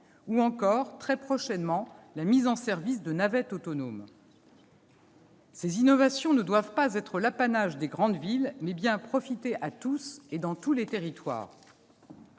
ou encore, très prochainement, la mise en service de navettes autonomes. Ces innovations ne doivent pas être l'apanage des grandes villes, mais elles doivent profiter à tous dans tous les territoires.